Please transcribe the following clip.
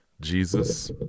Jesus